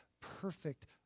perfect